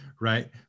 right